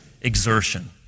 exertion